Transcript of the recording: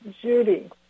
Judy